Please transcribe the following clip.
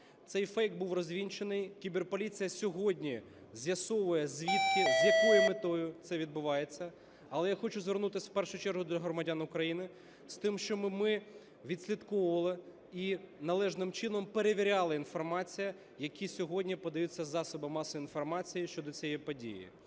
Цей фейк був розвінчаний. Кіберполіція сьогодні з'ясовує, звідки, з якого метою це відбувається. Але я хочу звернутися в першу чергу до громадян України з тим, щоб ми відслідковували і належним чином перевіряли інформацію, яка сьогодні подаються з засобів масової інформації щодо цієї події.